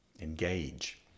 Engage